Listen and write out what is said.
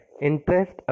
interest